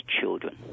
children